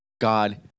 god